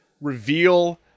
reveal